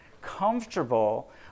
comfortable